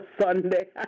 Sunday